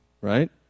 right